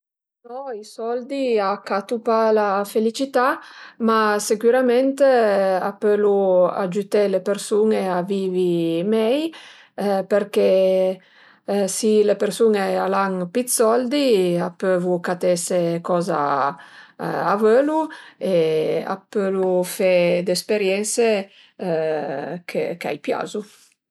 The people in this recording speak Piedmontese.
No i soldi a catu pa la felicità, ma sicürament a pölu agiüté le persun-e a vivi mei përché si le persun-e al an p d'soldi a pövu catese coza a völu e a pölu fe d'esperiense ch'ai piazu